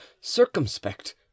circumspect